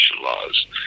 laws